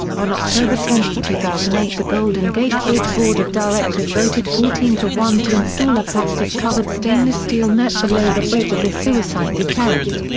on october ten, two thousand and eight the golden gate bridge board of directors voted fourteen to one to install a plastic-covered stainless-steel net below the bridge as a suicide deterrent.